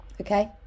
okay